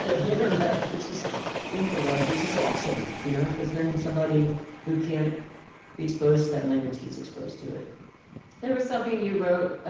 so the internet, which is the interweb, which is awesome, you know? because then somebody who can't be exposed to that language gets exposed to it there was something you wrote